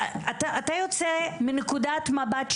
ואנחנו עובדים בזה כדי לגבש תוכנית.